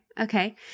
Okay